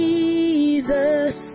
Jesus